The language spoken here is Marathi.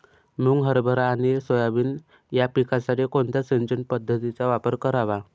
मुग, हरभरा आणि सोयाबीन या पिकासाठी कोणत्या सिंचन पद्धतीचा वापर करावा?